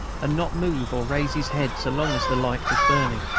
and not move or raise his head so long as the light was burning.